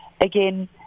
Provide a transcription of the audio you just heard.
again